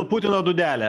putino dūdelė